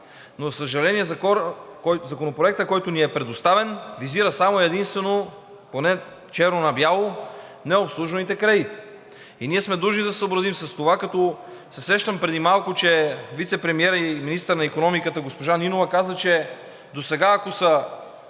За съжаление, Законопроектът, който ни е предоставен, визира само и единствено, поне черно на бяло, необслужваните кредити и ние сме длъжни да се съобразим с това, като се сещам преди малко, че вицепремиерът и министър на икономиката госпожа Нинова каза, че досега, ако са